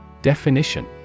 Definition